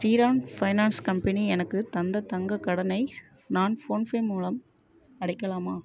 Sriram finance company எனக்குத் தந்த தங்கக் கடனை நான் ஃபோன்ஃபே மூலம் அடைக்கலாமா